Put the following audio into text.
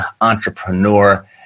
entrepreneur